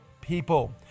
people